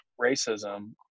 racism